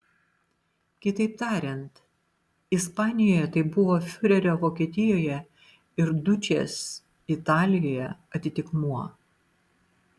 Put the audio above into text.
kitaip tariant ispanijoje tai buvo fiurerio vokietijoje ir dučės italijoje atitikmuo